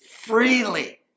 freely